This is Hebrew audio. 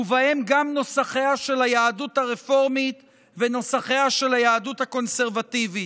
ובהם גם נוסחיה של היהדות הרפורמית ונוסחיה של היהדות הקונסרבטיבית.